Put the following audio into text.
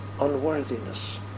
unworthiness